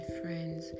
friends